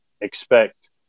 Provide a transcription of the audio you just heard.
Expect